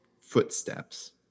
footsteps